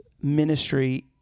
ministry